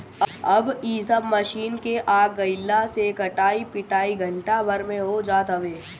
अब इ सब मशीन के आगइला से कटाई पिटाई घंटा भर में हो जात हवे